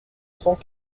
cent